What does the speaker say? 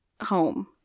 home